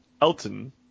Elton